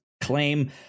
claim